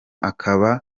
akaba